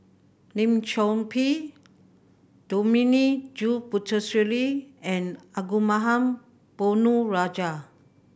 Lim Chor Pee Dominic J Puthucheary and Arumugam Ponnu Rajah